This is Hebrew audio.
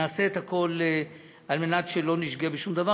נעשה את הכול על מנת שלא נשגה בשום דבר.